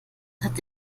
hatte